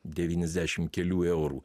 devyniasdešim kelių eurų